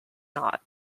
not